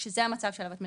שזה המצב שעליו את מדברת,